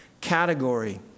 category